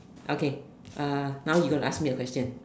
okay now you going to ask me a question